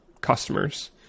customers